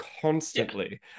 constantly